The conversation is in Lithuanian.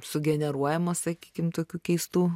sugeneruojama sakykim tokiu keistu